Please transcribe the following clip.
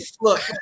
Look